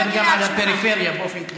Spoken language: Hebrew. חבר הכנסת סעד דיבר גם על הפריפריה באופן כללי.